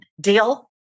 deal